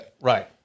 right